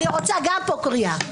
אני רוצה קריאה גם פה.